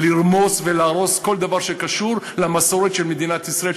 לרמוס ולהרוס כל דבר שקשור למסורת של מדינת ישראל,